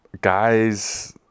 guys